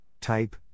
Type